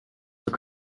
zur